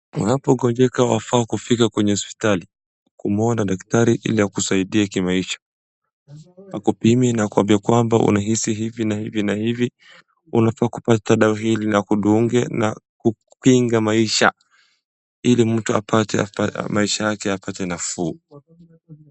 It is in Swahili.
Unapogonjeka wafaa kufika kwenye hosptali, kumwona daktari ili akusaidie kimaisha, akupime na akuambie kwamba unahisi hivi na hivi na hivi, unafaa kupata dawa hili na akudunge na kiukinga maisha ili mtu maisha yake pate afya yake nafuu.